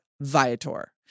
Viator